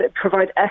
provide